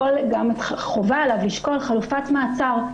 חובה עליו לשקול חלופת מעצר.